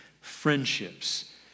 friendships